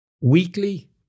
weekly